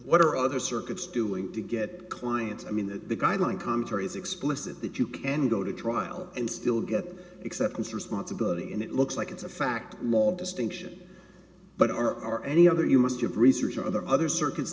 what are other circuits doing to get clients i mean that the guideline commentary is explicit that you can go to trial and still get exceptions responsibility and it looks like it's a fact more distinction but are any other you must have research or other other circu